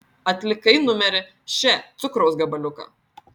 atlikai numerį še cukraus gabaliuką